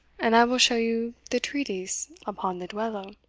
and i will show you the treatise upon the duello,